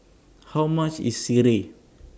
How much IS Sireh